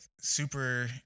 super